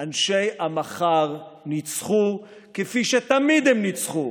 אנשי המחר ניצחו, כפי שתמיד הם ניצחו,